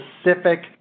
specific